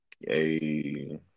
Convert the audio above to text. Yay